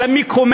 אלא היא מקוממת